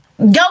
Go